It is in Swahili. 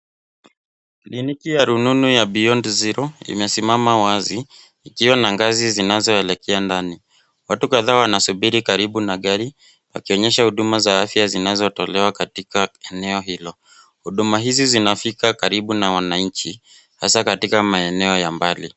Kliniki ya rununu ya BEYOND ZERO imesimama wazi ikiwa na gazi zinazoelekea ndani. Watu kadhaa wanasubiri karibu na gari wakionyesha huduma za afya zinazotolewa katika eneo hilo. Huduma hizi zinafika karibu na wananchi hasa katika maeneo ya mbali.